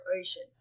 ocean